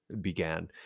began